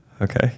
Okay